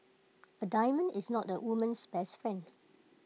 A diamond is not A woman's best friend